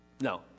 No